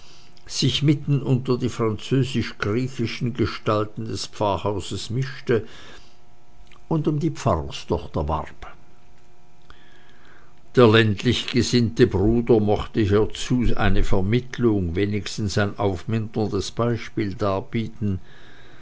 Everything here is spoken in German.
sich mitten unter die französisch griechischen gestalten des pfarrhauses mischte und um die pfarrerstochter warb der ländlich gesinnte bruder mochte hiezu eine vermittlung wenigstens ein aufmunterndes beispiel darbieten